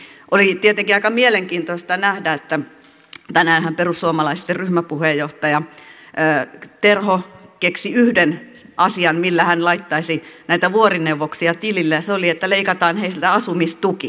oli tietenkin aika mielenkiintoista nähdä että tänäänhän perussuomalaisten ryhmäpuheenjohtaja terho keksi yhden asian millä hän laittaisi näitä vuorineuvoksia tilille ja se oli että leikataan heiltä asumistuki